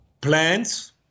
plants